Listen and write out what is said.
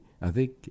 avec «